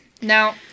Now